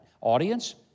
Audience